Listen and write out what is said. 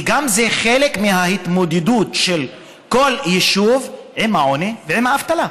וגם זה חלק מההתמודדות של כל יישוב עם העוני ועם האבטלה.